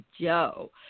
Joe